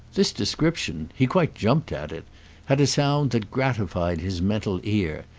this description he quite jumped at it had a sound that gratified his mental ear,